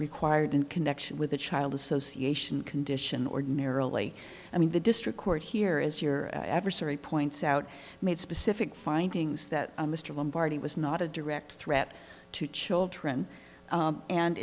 required in connection with the child association condition ordinarily i mean the district court here is your adversary points out made specific findings that mr lombardi was not a direct threat to children